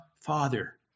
Father